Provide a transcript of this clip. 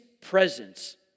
presence